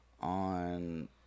on